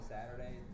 Saturday